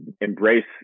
embrace